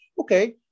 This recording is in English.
okay